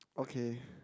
okay